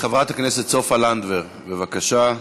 חברת הכנסת סופה לנדבר, בבקשה.